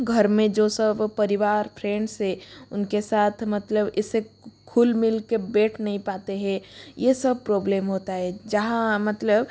घर में जो सब परिवार फ्रेंड्स है उनके साथ मतलब इसे खुल मिल के बैठ नहीं पाते है ये सब प्रॉब्लेम होता है जहाँ मतलब